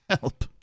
help